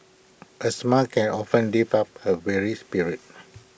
A smile can often lift up A weary spirit